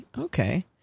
Okay